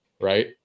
Right